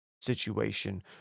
situation